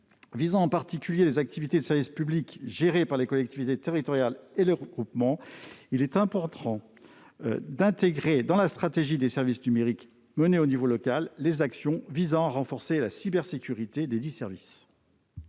visant en particulier les activités de service public gérées par les collectivités territoriales et leurs groupements, il est important d'intégrer dans la stratégie des services numériques menée au niveau local les actions visant à renforcer la cybersécurité desdits services.